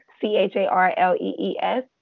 c-h-a-r-l-e-e-s